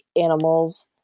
animals